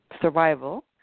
survival